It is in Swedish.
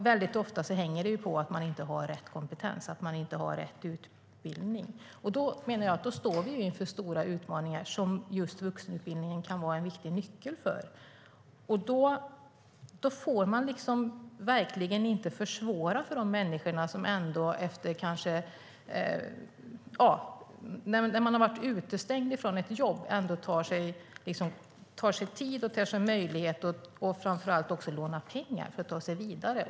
Väldigt ofta hänger det på att man inte har rätt kompetens och att man inte har rätt utbildning. Jag menar att vi står inför stora utmaningar som just vuxenutbildningen kan vara en viktig nyckel för. Då får man verkligen inte försvåra för de här människorna. De har kanske varit utestängda från jobb och tar sig ändå tid - framför allt lånar de pengar - att ta sig vidare.